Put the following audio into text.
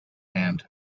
hand